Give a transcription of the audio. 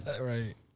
right